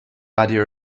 idea